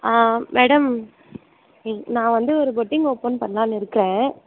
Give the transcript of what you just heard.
ஆ madam நான் வந்து ஒரு பொட்டிங் ஓப்பன் பண்லாம்னு இருக்கேன்